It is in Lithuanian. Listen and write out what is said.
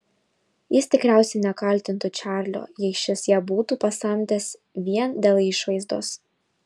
jis tikriausiai nekaltintų čarlio jei šis ją būtų pasamdęs vien dėl išvaizdos